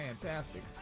fantastic